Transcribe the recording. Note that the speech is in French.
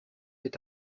est